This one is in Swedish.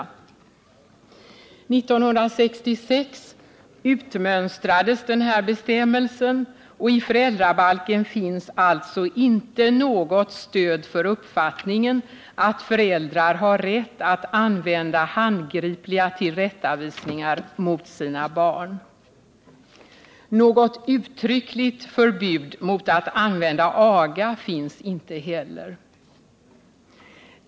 År 1966 utmönstrades den här bestämmelsen, och i föräldrabalken finns alltså inte något stöd för uppfattningen att föräldrar har rätt att använda handgripliga tillrättavisningar mot sina barn. Något uttryckligt förbud mot att använda aga finns inte heller.